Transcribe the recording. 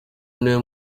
niwe